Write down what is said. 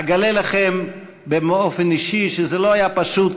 אגלה לכם באופן אישי שזה לא היה פשוט.